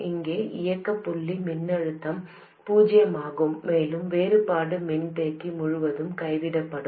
இங்கே இயக்க புள்ளி மின்னழுத்தம் பூஜ்ஜியமாகும் மேலும் வேறுபாடு மின்தேக்கி முழுவதும் கைவிடப்படும்